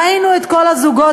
ראינו את כל הזוגות,